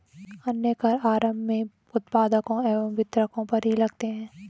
अन्य कर आरम्भ में उत्पादकों एवं वितरकों पर ही लगते हैं